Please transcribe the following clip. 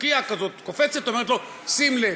קוקייה כזאת קופצת, אומרת לו: שים לב.